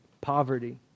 poverty